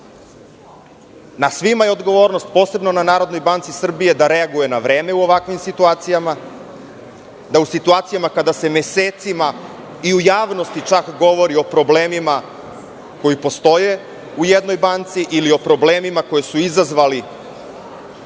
svima je odgovornost, a posebno na NBS da reaguje na vreme u ovakvim situacijama, da u situacijama kada se mesecima i u javnosti govori o problemima koji postoje u jednoj banci ili o problemima koji su izazvali